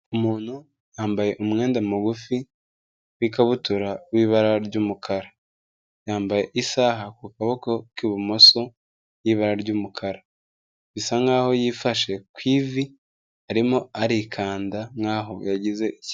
Umuntu yambaye umwenda mugufi w'ikabutura w'ibara ry'umukara, yambaye isaha ku kaboko k'ibumoso y'ibara ry'umukara, bisa nkaho yifashe ku ivi arimo arikanda nkaho yagize ikibazo.